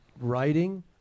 writing